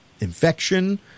infection